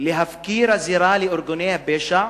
להפקיר הזירה לארגוני הפשע,